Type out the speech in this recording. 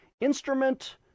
instrument